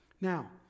Now